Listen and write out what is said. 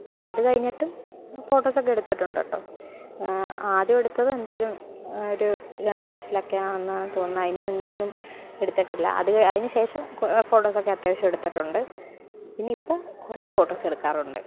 പിന്നെ അത് കഴിഞ്ഞിട്ടും ഫോട്ടോസൊക്കെ എടുത്തിട്ടുണ്ട് കേട്ടോ ആദ്യം എടുത്തത് എന്തായാലും ഒരു രണ്ട് വയസ്സിലൊക്കെ ആണെന്നാണ് തോന്നുന്നത് അതിന് മുന്നേയൊന്നും എടുത്തിട്ടില്ല അത് അതിന് ശേഷം ഫോട്ടോസൊക്കെ അത്യാവശ്യം എടുത്തിട്ടുണ്ട് പിന്നെ ഇപ്പം കുറേ ഫോട്ടോസെടുക്കാറുണ്ട്